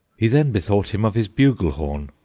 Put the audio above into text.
he then bethought him of his bugle-horn,